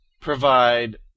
provide